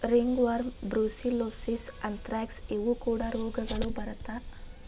ringworm, brucellosis, anthrax ಇವು ಕೂಡಾ ರೋಗಗಳು ಬರತಾ